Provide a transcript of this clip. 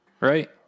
right